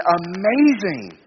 amazing